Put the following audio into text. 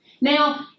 Now